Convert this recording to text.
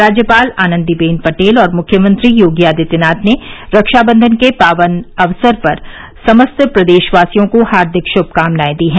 राज्यपाल आनंदीबेन पटेल और मुख्यमंत्री योगी आदित्यनाथ ने रक्षाबंधन के पावन अवसर पर समस्त प्रदेशवासियों को हार्दिक श्मकामनाएं दी हैं